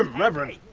ah reverend.